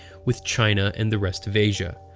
with china and the rest of asia.